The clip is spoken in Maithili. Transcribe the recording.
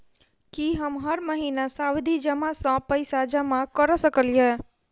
की हम हर महीना सावधि जमा सँ पैसा जमा करऽ सकलिये?